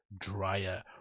drier